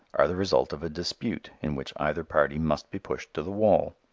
are the result of a dispute in which either party must be pushed to the wall.